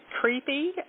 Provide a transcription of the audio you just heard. creepy